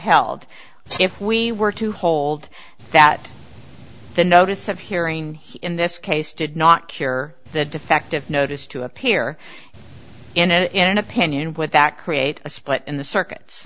held if we were to hold that the notice of hearing in this case did not cure the defective notice to appear in an opinion would that create a split in the circuits